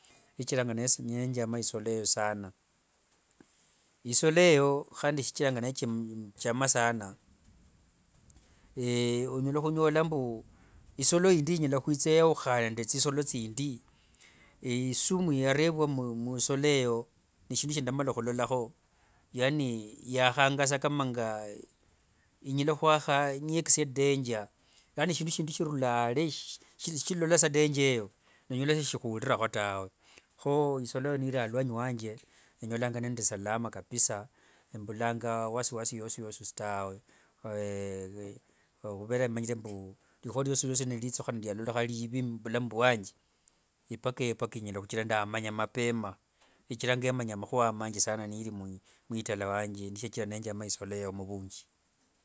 Shichiranga nenjama isolo eyo saana, isolo eyo handi shichiranga netsichama saana onyala hunyola mbu, isolo yiindi inyala hwitsa yauhaane nde tsisolo tsindi, ne isumu yareevwa muisolo eyo neshindu shiandamala hulolaho, yaani yaahanga sa kama nga inyala huaha niyeekesia danger, yaani shindu shindi shirula are, shilola sa danger eyo nonyola shishihulaaho tawe, ho isolo eyo niiri alwanyi wange enyolanga nindi salama kabisa embulanga wasiwasi yosiyosi tawe, huvera emanyire mbu rihua riosiriosi rietsuhana rialoloha riivi muvulamu vwanje, ipaka eyo mpaka inyala huchira ndaamanya mapema, ichiranga emanya mahua manji saana niiri omuitala wanje, nesichira nenjama isolo eyo muvunji.